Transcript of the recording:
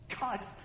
God's